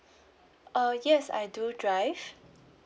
uh yes I do drive